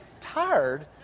tired